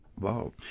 Wow